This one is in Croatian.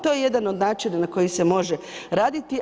To je jedan od načina na koji se može raditi.